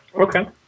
Okay